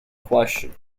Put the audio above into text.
question